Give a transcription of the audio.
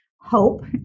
hope